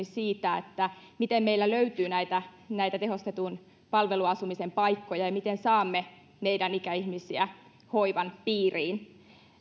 siitä miten meillä löytyy näitä näitä tehostetun palveluasumisen paikkoja ja miten saamme meidän ikäihmisiä hoivan piiriin